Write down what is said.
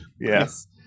Yes